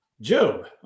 Job